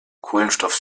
kohlenstoff